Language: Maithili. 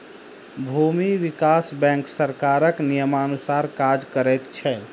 भूमि विकास बैंक सरकारक नियमानुसार काज करैत छै